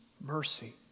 mercy